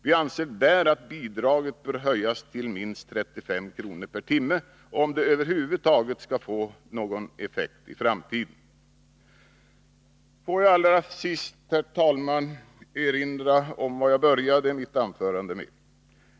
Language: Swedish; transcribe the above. Vi anser att detta bidrag bör höjas till minst 35 kr. per timme, om det över huvud taget skall få någon effekt i framtiden. Får jag allra sist, herr talman, erinra om vad jag sade i början av mitt anförande.